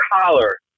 collar